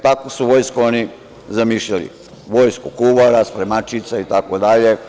Takvu su vojsku oni zamišljali, vojsku kuvara, spremačica, itd.